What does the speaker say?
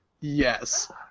yes